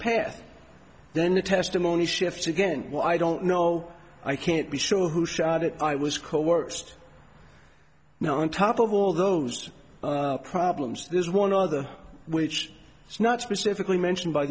path then the testimony shifts again well i don't know i can't be sure who shot it i was quite worst now on top of all those problems there's one other which is not specifically mentioned by